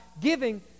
giving